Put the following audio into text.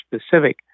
specific